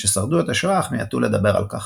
ששרדו את השואה אך מיעטו לדבר על כך.